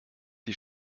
die